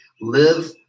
live